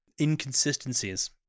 Inconsistencies